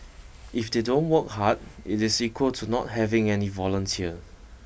if they don't work hard it is equal to not having any volunteer